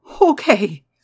okay